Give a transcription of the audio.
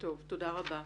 תודה רבה.